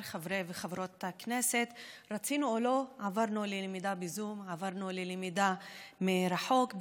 בזום, עברנו ללמידה מרחוק.